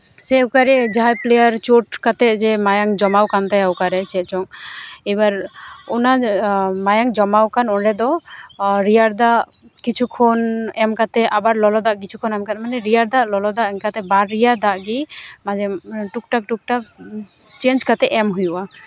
ᱥᱮ ᱚᱠᱟᱨᱮ ᱡᱟᱦᱸᱭ ᱯᱞᱮᱭᱟᱨ ᱪᱳᱴ ᱠᱟᱛᱮ ᱡᱮ ᱢᱟᱭᱟᱝ ᱡᱚᱢᱟᱣ ᱠᱟᱱ ᱛᱟᱭᱟ ᱚᱠᱟᱨᱮ ᱪᱮᱫ ᱪᱚᱝ ᱮᱵᱟᱨ ᱚᱱᱟ ᱢᱟᱭᱟᱝ ᱡᱚᱢᱟᱣ ᱟᱠᱟᱱ ᱚᱸᱰᱮ ᱫᱚ ᱨᱮᱭᱟᱲ ᱫᱟᱜ ᱠᱤᱪᱷᱩ ᱠᱷᱚᱱ ᱮᱢ ᱠᱟᱛᱮ ᱟᱵᱟᱨ ᱞᱚᱞᱚ ᱫᱟᱜ ᱠᱤᱪᱷᱩ ᱠᱷᱚᱱ ᱮᱢ ᱠᱟᱛᱮ ᱢᱟᱱᱮ ᱨᱮᱭᱟᱲ ᱫᱟᱜ ᱞᱚᱞᱚ ᱫᱟᱜ ᱮᱢᱠᱟᱛᱮ ᱵᱟᱨᱭᱟ ᱫᱟᱜ ᱜᱮ ᱴᱩᱠ ᱴᱟᱠ ᱴᱩᱠ ᱴᱟᱠ ᱪᱮᱧᱡᱽ ᱠᱟᱛᱮ ᱮᱢ ᱦᱩᱭᱩᱜᱼᱟ